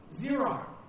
zero